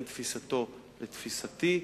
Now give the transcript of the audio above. בין תפיסתו לתפיסתי,